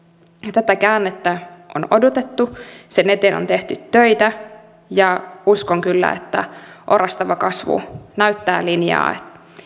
tätä käännettä on odotettu sen eteen on tehty töitä ja uskon kyllä että orastava kasvu näyttää linjaa